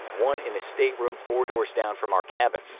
one in a stateroom four doors down from our cabin.